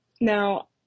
now